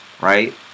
right